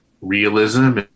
realism